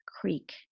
creek